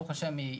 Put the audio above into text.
ברוך השם,